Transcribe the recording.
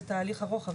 זה תהליך ארוך.